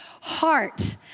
heart